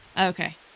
Okay